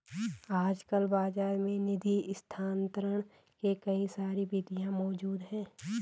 आजकल बाज़ार में निधि स्थानांतरण के कई सारी विधियां मौज़ूद हैं